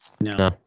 No